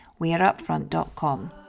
weareupfront.com